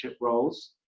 roles